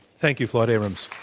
thank you. floyd abrams.